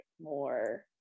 more